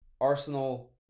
Arsenal